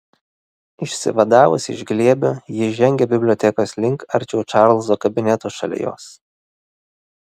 išsivadavusi iš glėbio ji žengė bibliotekos link arčiau čarlzo kabineto šalia jos